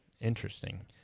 interesting